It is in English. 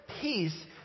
Peace